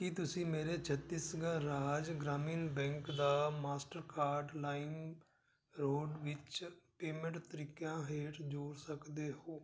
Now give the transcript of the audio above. ਕੀ ਤੁਸੀਂਂ ਮੇਰੇ ਛੱਤੀਸਗੜ੍ਹ ਰਾਜ ਗ੍ਰਾਮੀਣ ਬੈਂਕ ਦਾ ਮਾਸਟਰਕਾਰਡ ਲਾਈਮਰੋਡ ਵਿੱਚ ਪੇਮੈਂਟ ਤਰੀਕਿਆਂ ਹੇਠ ਜੋੜ ਸਕਦੇ ਹੋ